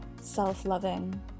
self-loving